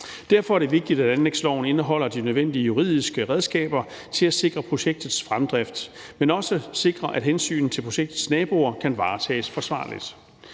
Derfor er det vigtigt, at anlægsloven indeholder de nødvendige juridiske redskaber til at sikre projektets fremdrift, men også sikre, at hensynet til projektets naboer kan varetages forsvarligt.